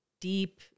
deep